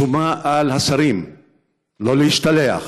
שומה על השרים שלא להשתלח